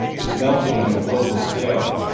is melting on a global scale.